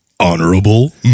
Honorable